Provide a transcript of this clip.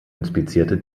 inspizierte